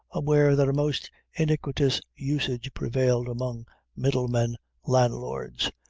aware that a most iniquitous usage prevailed among middlemen landlords,